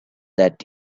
that